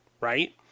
right